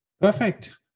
Perfect